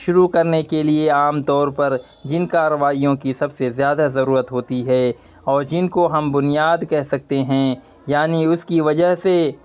شروع کرنے کے لیے عام طور پر جن کاروائیوں کی سب سے زیادہ ضرورت ہوتی ہے اور جن کو ہم بنیاد کہہ سکتے ہیں یعنی اس کی وجہ سے